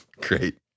Great